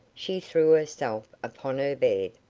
she threw herself upon her bed,